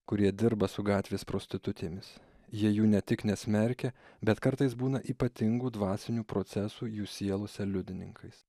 kurie dirba su gatvės prostitutėmis jie jų ne tik nesmerkia bet kartais būna ypatingų dvasinių procesų jų sielose liudininkais